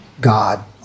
God